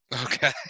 okay